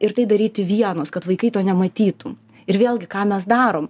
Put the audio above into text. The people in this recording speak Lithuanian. ir tai daryti vienos kad vaikai to nematytų ir vėlgi ką mes darom